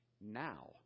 Now